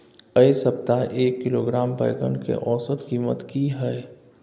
ऐ सप्ताह एक किलोग्राम बैंगन के औसत कीमत कि हय?